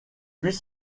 puis